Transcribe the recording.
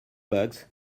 bugs